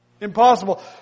Impossible